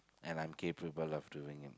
and I'm capable of doing it